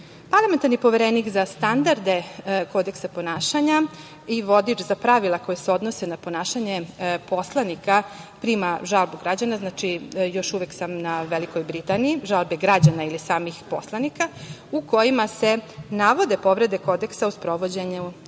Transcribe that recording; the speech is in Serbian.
mere. Parlamentarni Poverenik za standarde kodeksa ponašanja i vodič za pravila koja se odnose na ponašanje poslanika prima žalbu građana, znači, još uvek sam na Velikoj Britaniji, žalbe građana ili samih poslanika u kojima se navode povrede kodeksa u sprovođenju istrage.